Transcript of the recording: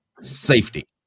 safety